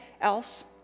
else